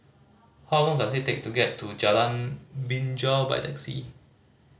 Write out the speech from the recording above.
how long does it take to get to Jalan Binja by taxi